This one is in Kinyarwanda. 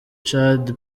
tchad